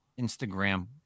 Instagram